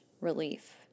relief